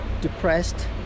depressed